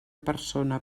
persona